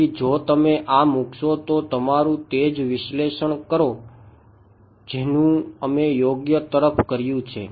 તેથી જો તમે આ મૂકશો તો તમારું તે જ વિશ્લેષણ કરો જેનું અમે યોગ્ય તરફ કર્યું છે